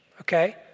Okay